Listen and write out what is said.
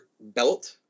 belt